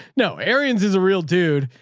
no ariens is a real dude.